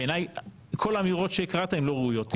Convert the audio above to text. בעיניי כל האמירות שהקראת הן לא ראויות.